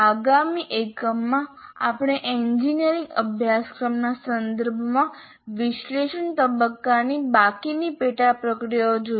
આગામી એકમમાં આપણે એન્જિનિયરિંગ અભ્યાસક્રમના સંદર્ભમાં વિશ્લેષણ તબક્કાની બાકીની પેટા પ્રક્રિયાઓ જોઈશું